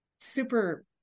super